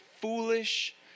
foolish